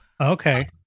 okay